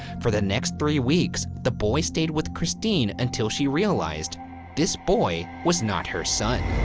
for the next three weeks the boy stayed with christine until she realized this boy was not her son.